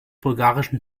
bulgarischen